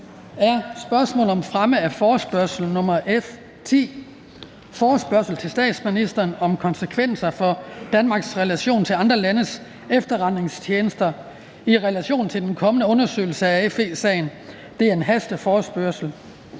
4) Spørgsmål om fremme af forespørgsel nr. F 10: Forespørgsel til statsministeren og statsministeren om konsekvenser for Danmarks relation til andre landes efterretningstjenester i relation til den kommende undersøgelse af FE-sagen. Af Peter Kofod (DF) m.fl.